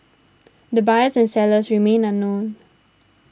the buyers and sellers remain unknown